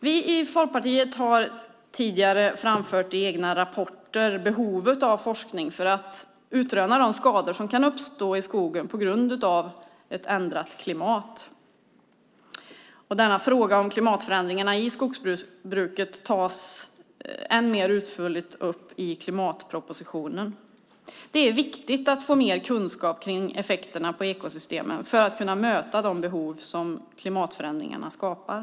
Vi i Folkpartiet har i egna rapporter tidigare framfört behovet av forskning för att utröna de skador som kan uppstå i skogen på grund av ett ändrat klimat. Denna fråga tas upp ännu mer utförligt upp i klimatpropositionen. Det är viktigt att få mer kunskap om effekterna på ekosystemen för att kunna möta de behov som klimatförändringarna skapar.